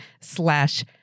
slash